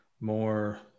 more